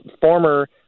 former